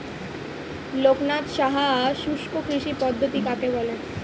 লোকনাথ সাহা শুষ্ককৃষি পদ্ধতি কাকে বলে?